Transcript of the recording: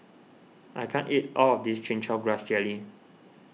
I can't eat all of this Chin Chow Grass Jelly